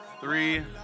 three